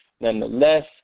Nonetheless